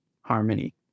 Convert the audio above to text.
harmony